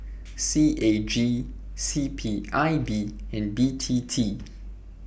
C A G C P I B and B T T